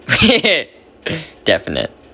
definite